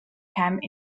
camp